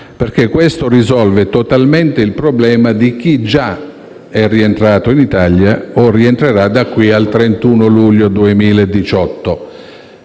L'emendamento risolve totalmente il problema di chi già è rientrato in Italia o rientrerà da qui al 31 luglio 2018.